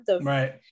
Right